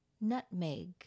nutmeg